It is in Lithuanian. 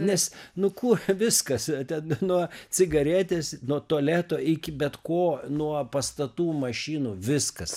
nes nu kur viskas ten nuo cigaretės nuo tualeto iki bet ko nuo pastatų mašinų viskas